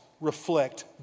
reflect